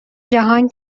جهان